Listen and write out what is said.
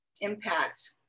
impact